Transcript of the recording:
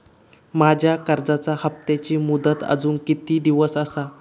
माझ्या कर्जाचा हप्ताची मुदत अजून किती दिवस असा?